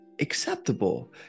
acceptable